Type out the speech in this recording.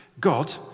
God